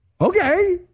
Okay